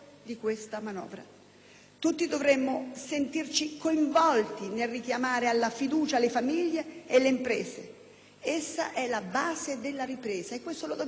Tutti dovremmo sentirci coinvolti nel richiamare alla fiducia le famiglie e le imprese: essa è la base della ripresa e lo dobbiamo fare tutti.